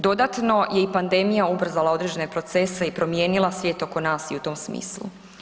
Dodatno je i pandemija ubrzala određene procese i promijenila svijet oko nas i u tom smislu.